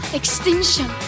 extinction